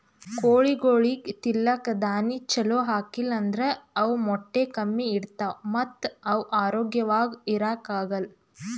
ಕೋಳಿಗೊಳಿಗ್ ತಿಲ್ಲಕ್ ದಾಣಿ ಛಲೋ ಹಾಕಿಲ್ ಅಂದ್ರ ಅವ್ ಮೊಟ್ಟೆ ಕಮ್ಮಿ ಇಡ್ತಾವ ಮತ್ತ್ ಅವ್ ಆರೋಗ್ಯವಾಗ್ ಇರಾಕ್ ಆಗಲ್